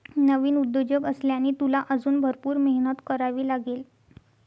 नवीन उद्योजक असल्याने, तुला अजून भरपूर मेहनत करावी लागेल